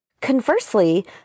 Conversely